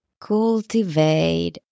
Cultivate